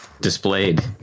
displayed